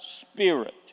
Spirit